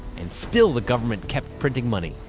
and still the government kept printing money,